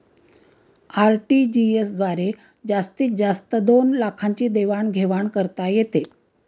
RTGS द्वारे जास्तीत जास्त दोन लाखांची देवाण घेवाण करता येते